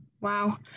wow